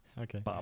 okay